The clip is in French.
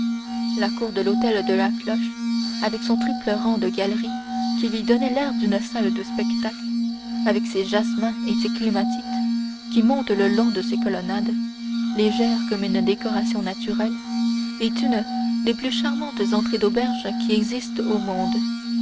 la cour de l'hôtel de la cloche avec son triple rang de galeries qui lui donnait l'air d'une salle de spectacle avec ses jasmins et ses clématites qui montent le long de ses colonnades légères comme une décoration naturelle est une des plus charmantes entrées d'auberge qui existent au monde